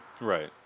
Right